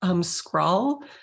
scrawl